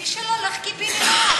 ומי שלא, לך קיבינימט.